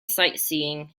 sightseeing